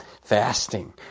fasting